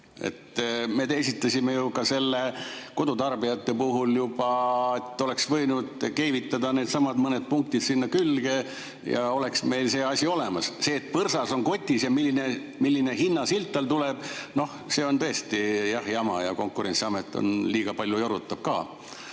Me esitasime selle ju juba kodutarbijate puhul, oleks võinud keevitada needsamad mõned punktid sinna külge ja oleks meil see asi olemas. See, et põrsas on kotis ja et milline hinnasilt talle tuleb – noh, see on tõesti jama ja Konkurentsiamet liiga palju jorutab ka.